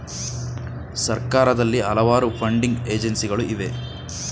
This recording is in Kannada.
ಸರ್ಕಾರದಲ್ಲಿ ಹಲವಾರು ಫಂಡಿಂಗ್ ಏಜೆನ್ಸಿಗಳು ಇವೆ